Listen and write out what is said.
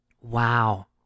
Wow